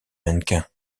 mannequin